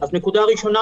אז נקודה ראשונה,